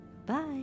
Bye